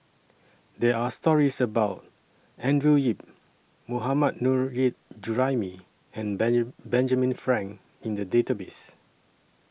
There Are stories about Andrew Yip Mohammad Nurrasyid Juraimi and Ben Benjamin Frank in The Database